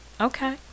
Okay